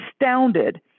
astounded